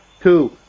Two